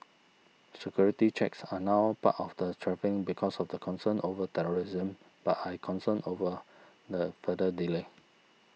security checks are now part of the travelling because of the concerns over terrorism but I concerned over the further delay